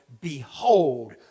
Behold